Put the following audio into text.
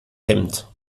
hemd